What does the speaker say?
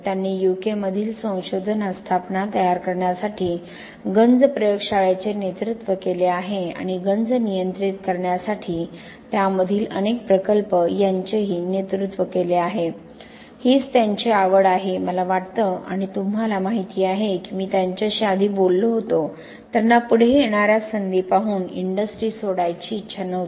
त्यांनी UK मधील संशोधन आस्थापना तयार करण्यासाठी गंज प्रयोगशाळेचे नेतृत्व केले आहे आणि गंज नियंत्रित करण्यासाठी त्यामधील अनेक प्रकल्प यांचेही नेतृत्व केले आहे हीच त्याची आवड आहे मला वाटतं आणि तुम्हाला माहिती आहे की मी त्याच्याशी आधी बोललो होतो त्यांना पुढे येणाऱ्या संधी पाहून इंडस्ट्री सोडायची इच्छा नव्हती